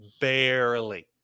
barely